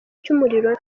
cy’umuriro